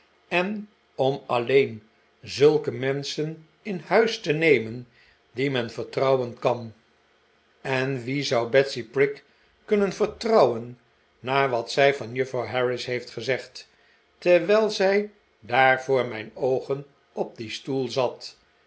en om alleen zulke menschen in huis te nemen die men vertrouwen kan en wie zou betsy prig kunnen vertrouwen na wat zij van juffrouw harris heeft gezegd terwijl zij daar voor mijn oogen op dien stoel zat